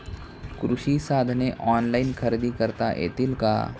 कृषी साधने ऑनलाइन खरेदी करता येतील का?